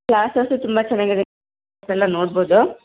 glass house ತುಂಬ ಚೆನ್ನಾಗಿದೆ ಎಲ್ಲ ನೋಡ್ಬೋದು